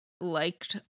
Liked